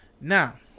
Now